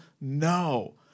No